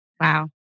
Wow